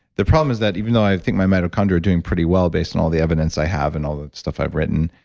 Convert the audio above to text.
the problem is that even though i think my mitochondria are doing pretty well based on all the evidence i have, and all the stuff i've written,